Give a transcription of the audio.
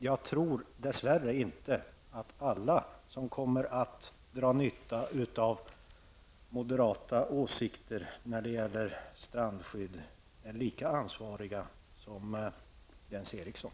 Jag tror dess värre inte att alla som kommer att dra nytta av de moderata åsikterna när det gäller strandskydd är lika ansvariga som Jens Eriksson.